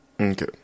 Okay